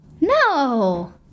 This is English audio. No